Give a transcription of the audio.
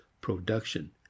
production